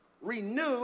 renew